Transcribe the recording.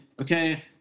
Okay